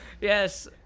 yes